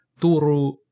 Turu